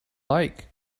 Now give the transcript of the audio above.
like